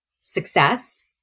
success